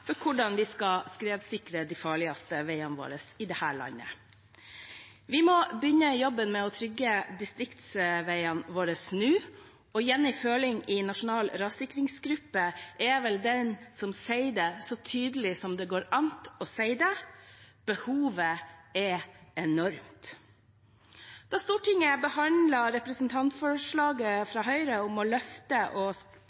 for hvordan vi skal skredsikre de farligste veiene våre i dette landet. Vi må begynne jobben med å trygge distriktsveiene våre nå. Jenny Følling i Nasjonal rassikringsgruppe er vel den som sier det så tydelig som det går an å si det: Behovet er enormt. Da Stortinget behandlet representantforslaget